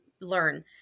learn